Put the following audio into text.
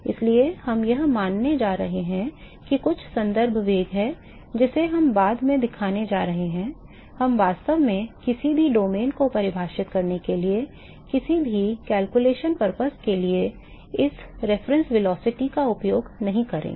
इसलिए हम यह मानने जा रहे हैं कि कुछ संदर्भ वेग है जिसे हम बाद में दिखाने जा रहे हैं हम वास्तव में किसी भी डोमेन को परिभाषित करने के लिए किसी भी गणना उद्देश्यों के लिए इस संदर्भ वेग का उपयोग नहीं करेंगे